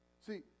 see